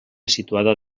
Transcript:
situada